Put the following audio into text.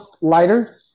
lighter